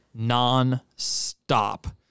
nonstop